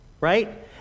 right